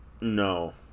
No